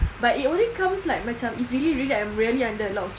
but it only comes like macam if really really I'm really under a lot of stress